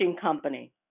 Company